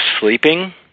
sleeping